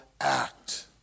act